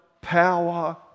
power